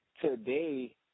today